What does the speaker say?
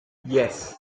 yes